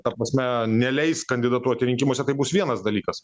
ta prasme neleis kandidatuoti rinkimuose tai bus vienas dalykas